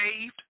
saved